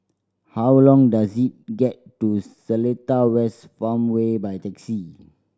how long does it get to Seletar West Farmway by taxi